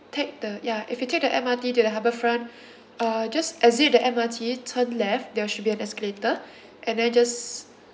take the ya if you take the M_R_T to the harbourfront uh just exit the M_R_T turn left there should be an escalator and then just